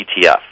ETF